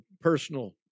personal